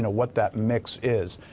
what that mix is.